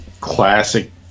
classic